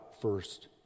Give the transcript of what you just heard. first